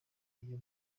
iyo